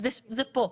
זה פה,